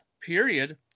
period